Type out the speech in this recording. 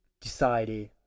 decided